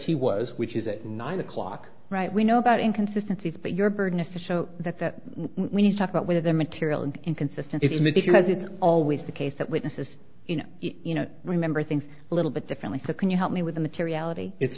says he was which is at nine o'clock right we know about inconsistency is but your burden is to show that that when you talk about whether the material and inconsistent is in the because it's always the case that witnesses in you know remember things a little bit differently so can you help me with the materiality i